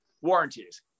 Warranties